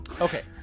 Okay